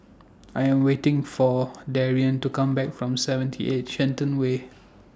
I Am waiting For Darrien to Come Back from seventy eight Shenton Way